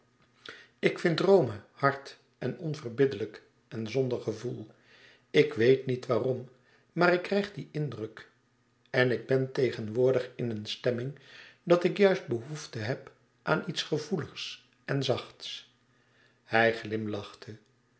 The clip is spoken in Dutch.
ik vind rome hard en onverbiddelijk en zonder gevoel ik weet niet waarom maar ik krijg dien indruk en ik ben tegenwoordig in een stemming dat ik juist behoefte heb aan iets gevoeligs en zachts hij glimlachte